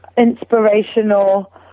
inspirational